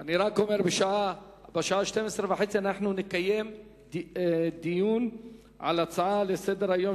בשעה 12:30 נקיים דיון על הצעות לסדר-היום